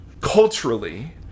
culturally